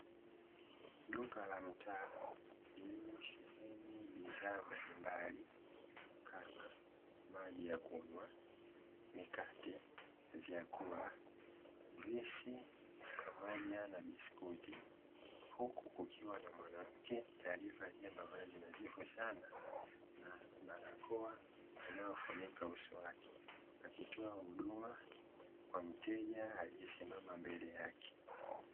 Duka la mtaa lililosheheni bidhaa mbalimbali, kama: maji ya kunywa, mikate, vyakula, juisi pamoja na biskuti, huku kukiwa na mwanamke aliyevalia mavazi nadhifu sana na barakoa inayofunika uso wake, akitoa huduma kwa mteja aliyesimama mbele yake.